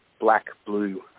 black-blue